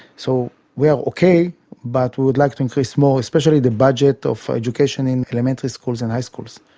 so we are okay but we would like to increase more, especially the budget of education in elementary schools and high schools.